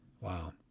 Wow